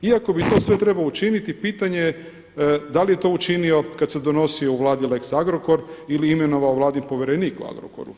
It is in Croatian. Iako bi to sve trebao učiniti pitanje je da li je to učinio kada se donosio u Vladi lex Agrokor ili imenovao vladin povjerenik u Agrokoru?